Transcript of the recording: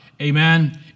amen